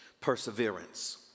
perseverance